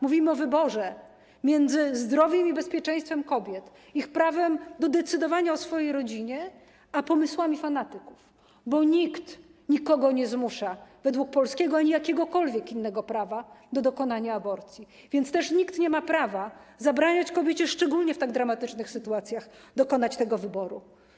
Mówimy o wyborze między zdrowiem i bezpieczeństwem kobiet, ich prawem do decydowania o swojej rodzinie a pomysłami fanatyków, bo nikt nikogo nie zmusza według polskiego ani jakiegokolwiek innego prawa do dokonania aborcji, więc też nikt nie ma prawa zabraniać kobiecie, szczególnie w tak dramatycznych sytuacjach, dokonania tego wyboru.